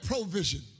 provision